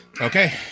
Okay